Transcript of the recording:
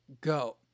go